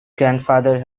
grandfather